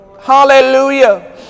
Hallelujah